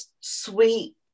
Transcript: sweet